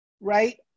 right